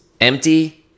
empty